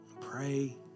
pray